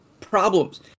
problems